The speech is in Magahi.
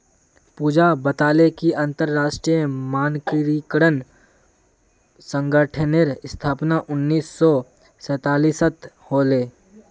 पूजा बताले कि अंतरराष्ट्रीय मानकीकरण संगठनेर स्थापना उन्नीस सौ सैतालीसत होले